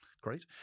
great